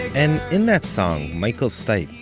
and in that song, michael stipe,